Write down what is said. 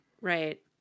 right